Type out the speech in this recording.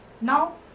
Now